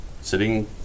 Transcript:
sitting